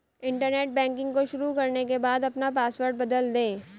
internet banking को शुरू करने के बाद अपना पॉसवर्ड बदल दे